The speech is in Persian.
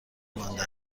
مانده